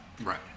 Right